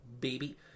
baby